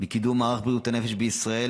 לקידום מערך בריאות הנפש בישראל.